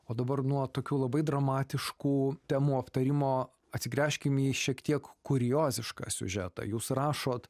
o dabar nuo tokių labai dramatiškų temų aptarimo atsigręžkim į šiek tiek kuriozišką siužetą jūs rašot